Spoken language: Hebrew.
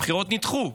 הבחירות נדחו.